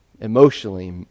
emotionally